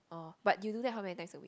oh but you do that how many times a week